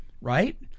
right